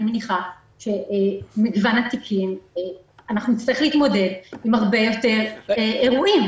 אני מניחה שאנחנו נצטרך להתמודד עם הרבה יותר אירועים.